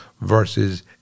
versus